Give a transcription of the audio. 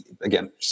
again